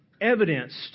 evidenced